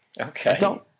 Okay